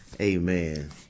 Amen